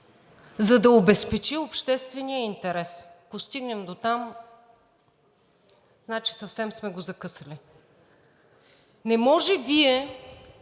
за да обезпечи обществения интерес. Ако стигнем дотам, значи съвсем сме го закъсали. Не може Вие